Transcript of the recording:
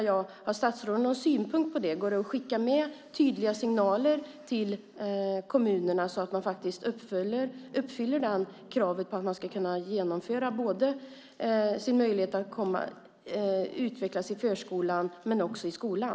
Jag undrar om statsrådet har någon synpunkt på det. Går det att skicka tydliga signaler till kommunerna så att de faktiskt uppfyller kravet på att barn ska kunna utvecklas både i förskolan och i skolan?